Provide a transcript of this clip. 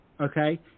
okay